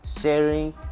sharing